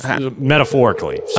Metaphorically